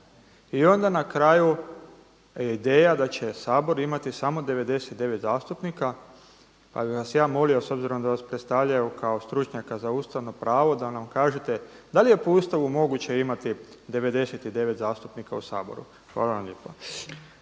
i onda na kraju ideja da će Sabor imati samo 99 zastupnika. Pa bih vas ja molio s obzirom da vas predstavljaju kao stručnjaka za ustavno pravo da nam kažete, da li je po Ustavu moguće imati 99 zastupnika u Saboru. Hvala lijepa.